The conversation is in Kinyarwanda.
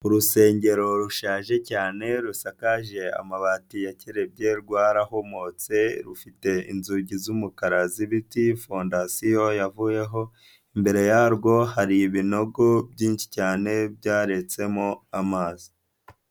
Urusengero rushaje cyane rusakaje amabati yakerebye rwararahomotse rufite inzugi z'umukara z'ibiti, fondasiyo yavuyeho imbere yarwo hari ibinogo byinshi cyane byaretsemo amazi.